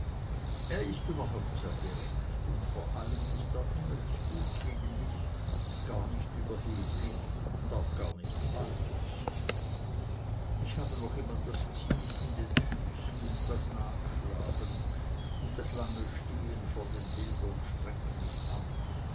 er ist überhaupt sehr gerecht und vor allem ist er engelsgut gegen mich und gar nicht überheblich und auch gar nicht alt ich habe noch immer das ziehen in den füßen und das nachschlagen und das lange stehen vor den bildern strengt mich an